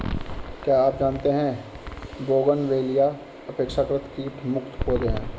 क्या आप जानते है बोगनवेलिया अपेक्षाकृत कीट मुक्त पौधे हैं?